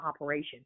operation